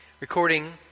recording